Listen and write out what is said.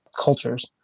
cultures